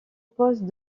poste